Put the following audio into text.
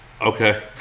okay